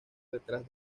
detrás